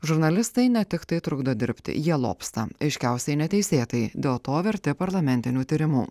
žurnalistai ne tiktai trukdo dirbti jie lobsta aiškiausiai neteisėtai dėl to verti parlamentinių tyrimų